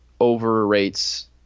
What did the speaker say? overrates